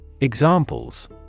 Examples